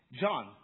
John